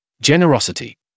generosity